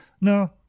No